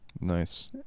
Nice